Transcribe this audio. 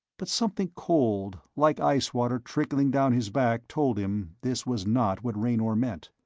but something cold, like ice water trickling down his back, told him this was not what raynor meant.